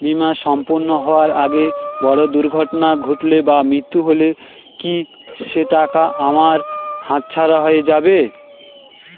বীমা সম্পূর্ণ হওয়ার আগে বড় দুর্ঘটনা ঘটলে বা মৃত্যু হলে কি সেইটাকা আমার হাতছাড়া হয়ে যাবে?